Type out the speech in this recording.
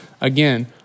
Again